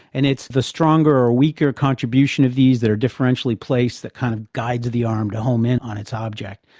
and it's the stronger or weaker contribution of these that are differentially placed, that kind of guides the arm to home in on its object.